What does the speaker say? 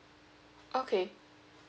okay